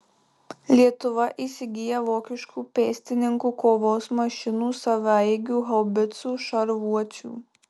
lietuva įsigyja vokiškų pėstininkų kovos mašinų savaeigių haubicų šarvuočių